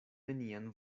nenian